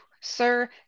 sir